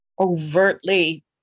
overtly